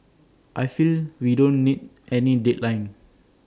I feel we don't need any deadline